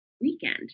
weekend